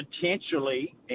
potentially